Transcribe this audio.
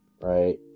right